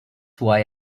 why